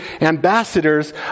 ambassadors